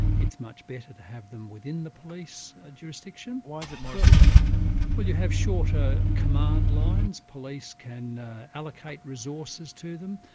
it's much better to have them within the police jurisdiction. why is it more efficient to have them within you have shorter command lines. police can allocate resources to them.